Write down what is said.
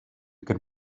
can